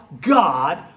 God